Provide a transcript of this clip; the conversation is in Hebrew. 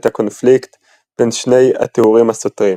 הקונפליקט בין שני התיאורים הסותרים